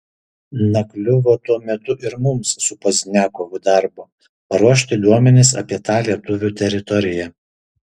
na kliuvo tuo metu ir mums su pozdniakovu darbo paruošti duomenis apie tą lietuvių teritoriją